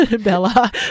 Bella